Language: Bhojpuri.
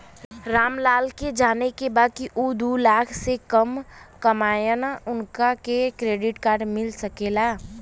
राम लाल के जाने के बा की ऊ दूलाख से कम कमायेन उनका के क्रेडिट कार्ड मिल सके ला?